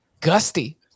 gusty